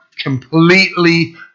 completely